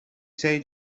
say